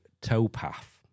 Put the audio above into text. towpath